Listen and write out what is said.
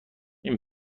این